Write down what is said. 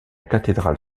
cathédrale